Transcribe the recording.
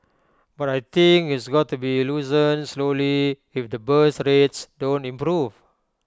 but I think it's got to be loosened slowly if the birth rates don't improve